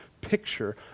picture